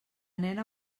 nena